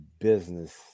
business